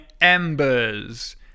Embers